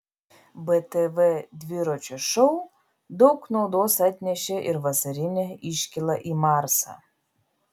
btv dviračio šou daug naudos atnešė ir vasarinė iškyla į marsą